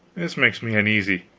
this makes me uneasy.